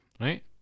Right